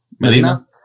Medina